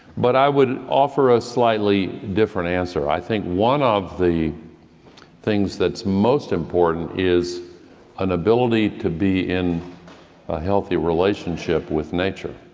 but i would offer a slightly different answer. i think one of the things that is most important is an ability to be in a healthy relationship with nature.